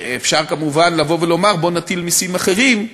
אפשר כמובן לבוא ולומר: בוא נטיל מסים אחרים,